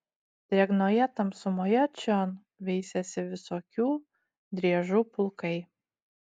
drėgnoje tamsumoje čion veisėsi visokių driežų pulkai